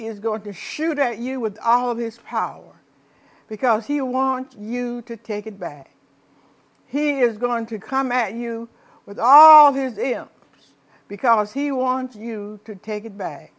is going to shoot at you with all of this power because he wants you to take it bad here is going to come at you with all this him because he wants you to take it back